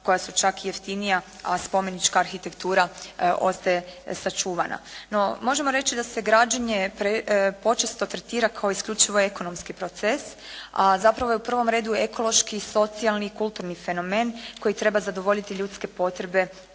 koja su čak i jeftinija, a spomenička arhitektura ostaje sačuvana. No možemo reći da se građenje počesto tretira kao isključivo ekonomski proces, a zapravo je u prvom redu ekološki i socijalni i kulturni fenomen koji treba zadovoljiti ljudske potrebe